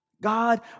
God